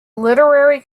literary